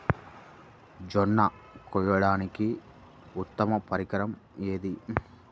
జొన్న కోయడానికి ఉత్తమ పరికరం ఏది?